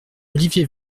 olivier